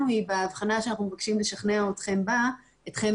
היא בהבחנה שאנחנו מבקשים לשכנע אתכם בה,